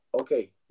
okay